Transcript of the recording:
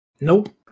Nope